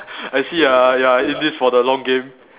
I see you are you are in this for the long game